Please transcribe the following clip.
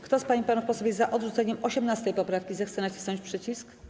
Kto z pań i panów posłów jest za odrzuceniem 18. poprawki, zechce nacisnąć przycisk.